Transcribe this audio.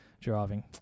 driving